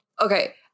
okay